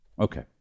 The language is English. Okay